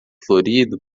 florido